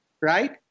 right